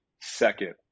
second